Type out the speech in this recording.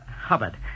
Hubbard